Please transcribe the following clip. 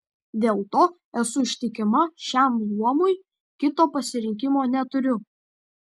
dėl to esu ištikima šiam luomui kito pasirinkimo neturiu